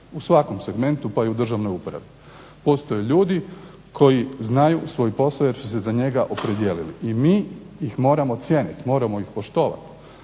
u svakom segmentu pa i u državnoj upravi. Postoje ljudi koji znaju svoj posao jer su se za njega opredijelili. I mi ih moramo cijeniti, moramo ih poštovati.